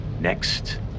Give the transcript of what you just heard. Next